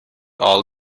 all